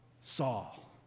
Saul